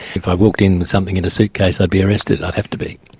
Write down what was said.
if i walked in with something in a suitcase i'd be arrested, i'd have to be.